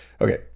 Okay